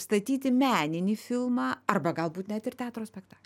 statyti meninį filmą arba galbūt net ir teatro spektaklį